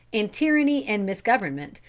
and tyranny and misgovernment,